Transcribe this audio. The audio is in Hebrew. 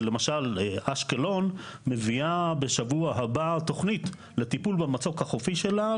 למשל אשקלון מביאה בשבוע הבא תוכנית לטיפול במצוק החופי שלה,